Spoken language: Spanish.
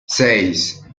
seis